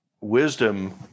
wisdom